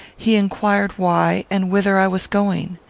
he inquired why, and whither i was going.